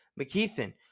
McKeithen